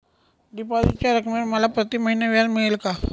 डिपॉझिटच्या रकमेवर मला प्रतिमहिना व्याज मिळेल का?